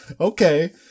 okay